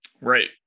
Right